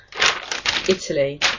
Italy